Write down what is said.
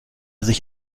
sich